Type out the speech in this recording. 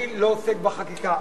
אני לא עוסק בחקיקה.